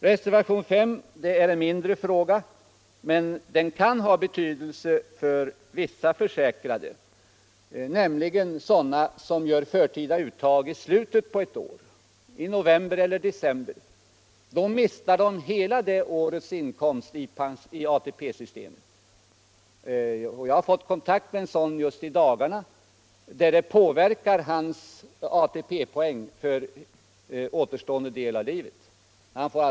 Reservationen 5 rör en mindre fråga, men den kan ha betydelse för vissa försäkrade, nämligen sådana som gör förtida uttag i slutet av ett år, i november eller december. Då mister de hela det årets inkomst i ATP-systemet. Jag har just i dagarna haft kontakt med en sådan person, vars ATP-poäng för kommande del av livet blev påverkad.